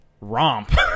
romp